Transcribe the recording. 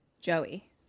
Joey